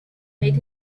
made